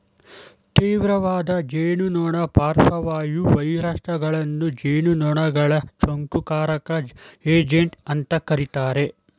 ತೀವ್ರವಾದ ಜೇನುನೊಣ ಪಾರ್ಶ್ವವಾಯು ವೈರಸಗಳನ್ನು ಜೇನುನೊಣಗಳ ಸೋಂಕುಕಾರಕ ಏಜೆಂಟ್ ಅಂತ ಕರೀತಾರೆ